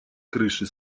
крыши